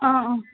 অঁ অঁ